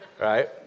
right